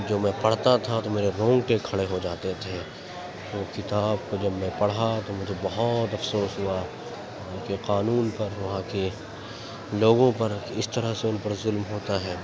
جو میں پڑھتا تھا تو میرے رونگٹے کھڑے ہو جاتے تھے اور کتاب کو جب میں پڑھا تو مجھے بہت افسوس ہوا کیوںکہ قانون پر وہاں کے لوگوں پر اس طرح سے ان پر ظلم ہوتا ہے